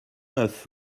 neuf